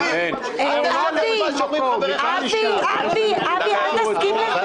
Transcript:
אני לא מכיר.